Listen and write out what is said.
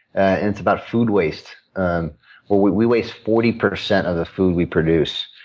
ah and it's about food waste. and but we we waste forty percent of the food we produce,